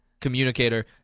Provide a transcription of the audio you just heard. communicator